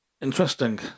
Interesting